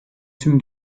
tüm